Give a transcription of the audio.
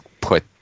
put